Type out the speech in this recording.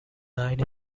line